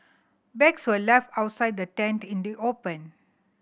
bags were left outside the tent in the open